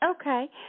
okay